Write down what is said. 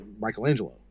Michelangelo